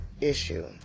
issue